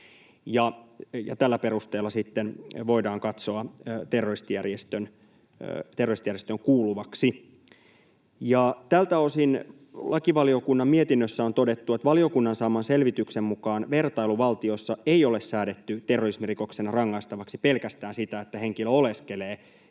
tällä perusteella sitten voidaan katsoa terroristijärjestöön kuuluvaksi. Tältä osin lakivaliokunnan mietinnössä on todettu, että valiokunnan saaman selvityksen mukaan vertailuvaltioissa ei ole säädetty terrorismirikoksena rangaistavaksi pelkästään sitä, että henkilö oleskelee